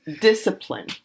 discipline